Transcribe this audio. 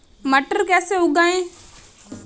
मटर कैसे उगाएं?